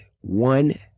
one